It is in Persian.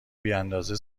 بیاندازه